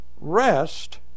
rest